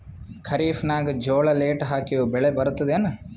ಖರೀಫ್ ನಾಗ ಜೋಳ ಲೇಟ್ ಹಾಕಿವ ಬೆಳೆ ಬರತದ ಏನು?